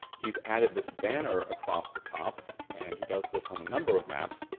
he's added this banner across the top and he does this on a number of maps.